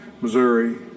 Missouri